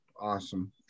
Awesome